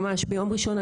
ממש ביום ראשון,